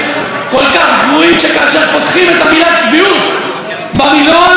כל כך צבועים שכאשר פותחים את המילה "צביעות" במילון,